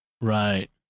Right